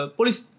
police